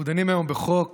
אנחנו דנים היום בחוק